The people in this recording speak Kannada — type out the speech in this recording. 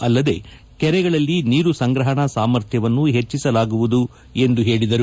ಅಲ್ಲದೆ ಕೆರೆಗಳಲ್ಲಿ ನೀರು ಸಂಗ್ರಹಣ ಸಾಮರ್ಥ್ಯವನ್ನು ಹೆಚ್ಚಿಸಲಾಗುವುದು ಎಂದು ಹೇಳಿದರು